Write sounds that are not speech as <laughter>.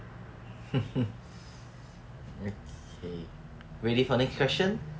<laughs> okay ready for next question